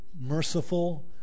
merciful